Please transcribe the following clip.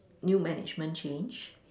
new management change